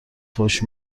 فحش